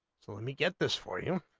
so me get this for you